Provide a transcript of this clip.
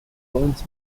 bronze